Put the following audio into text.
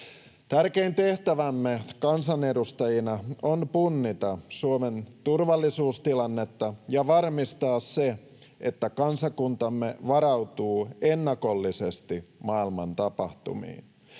Tärkein tehtävämme kansanedustajina on punnita Suomen turvallisuustilannetta ja varmistaa se, että kansakuntamme varautuu ennakollisesti maailman tapahtumiin.